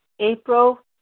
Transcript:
April